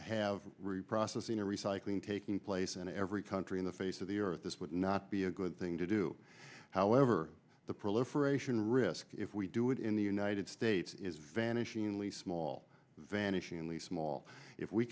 have reprocessing or recycling taking place in every country in the face of the earth this would not be a good thing to do however the proliferation risk if we do it in the united states is vanishingly small vanishingly small if we